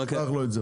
תשלח לו את זה,